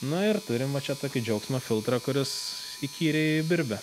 nu ir turim va čia tokį džiaugsmą filtrą kuris įkyriai birbia